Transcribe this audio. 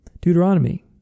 Deuteronomy